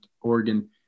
Oregon